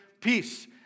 peace